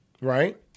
right